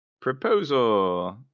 Proposal